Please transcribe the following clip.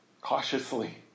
cautiously